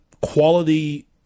quality